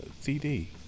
CD